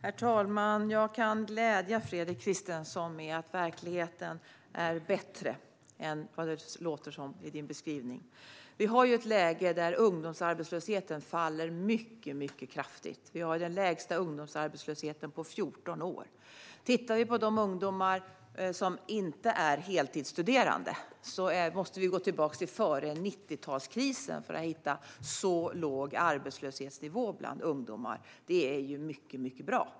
Herr talman! Jag kan glädja Fredrik Christensson med att verkligheten är bättre än vad det låter som i hans beskrivning. Vi har ett läge där ungdomsarbetslösheten faller mycket kraftigt. Vi har den lägsta ungdomsarbetslösheten på 14 år. Tittar vi på de ungdomar som inte är heltidsstuderande måste vi gå tillbaka till före 90-talskrisen för att hitta så låg arbetslöshetsnivå bland ungdomar. Det är mycket bra.